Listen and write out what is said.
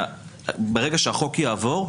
ברגע שהחוק יעבור,